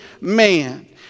man